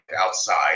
outside